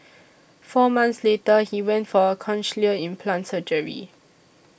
four months later he went for cochlear implant surgery